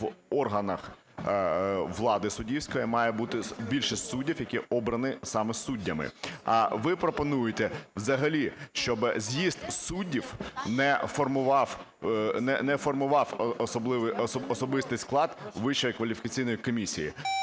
в органах влади суддівської має бути більшість суддів, які обрані саме суддями, а ви пропонуєте взагалі, щоби з'їзд суддів не формував особистий склад Вищої